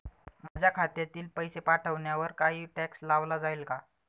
माझ्या खात्यातील पैसे पाठवण्यावर काही टॅक्स लावला जाईल का?